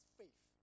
faith